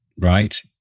Right